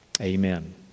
amen